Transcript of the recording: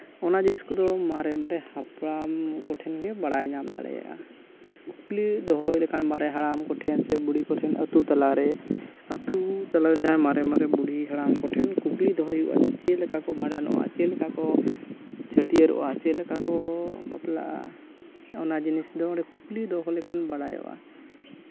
ᱚᱱᱟ ᱡᱤᱱᱤᱥ ᱠᱚᱫᱚ ᱢᱟᱨᱮ ᱢᱟᱨᱮ ᱦᱟᱯᱲᱟᱢ ᱦᱚᱲ ᱠᱚᱴᱷᱮᱱ ᱜᱮ ᱵᱟᱲᱟᱭ ᱧᱟᱢ ᱫᱟᱲᱮᱭᱟᱜᱼᱟ ᱠᱩᱠᱞᱤ ᱫᱚᱦᱚ ᱞᱮᱠᱷᱟᱱ ᱢᱟᱨᱮ ᱦᱟᱲᱟᱢ ᱠᱚᱴᱷᱮᱱ ᱥᱮ ᱵᱩᱲᱦᱤ ᱠᱚᱴᱷᱮᱱ ᱟᱛᱳ ᱛᱟᱞᱟᱨᱮ ᱡᱟᱦᱟᱸᱭ ᱢᱟᱨᱮᱼᱢᱟᱨᱮ ᱵᱩᱲᱦᱤ ᱦᱟᱲᱟᱢ ᱠᱚᱴᱷᱮᱱ ᱠᱩᱠᱞᱤ ᱫᱚᱦᱚᱭ ᱦᱩᱭᱩᱜᱼᱟ ᱪᱮᱫ ᱞᱮᱠᱟ ᱠᱚ ᱵᱷᱟᱸᱰᱟᱱᱚᱜᱼᱟ ᱪᱮᱫ ᱞᱮᱠᱟ ᱠᱚ ᱪᱷᱟᱹᱴᱭᱟᱹᱨᱚᱜᱼᱟ ᱪᱮᱫ ᱞᱮᱠᱟ ᱠᱚ ᱵᱟᱯᱞᱟᱜᱼᱟ ᱚᱱᱟ ᱡᱤᱱᱤᱥ ᱫᱚ ᱚᱸᱰᱮ ᱠᱩᱠᱞᱤ ᱫᱚᱦᱚ ᱞᱮᱠᱷᱟᱱ ᱵᱟᱲᱟᱭᱚᱜᱼᱟ